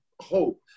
hope